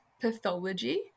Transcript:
pathology